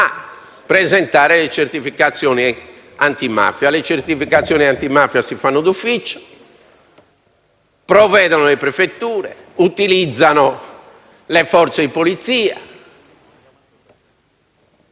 a presentare le certificazioni antimafia. Le certificazioni antimafia si fanno d'ufficio e vi provvedono le prefetture, che utilizzano le forze di polizia.